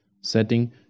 setting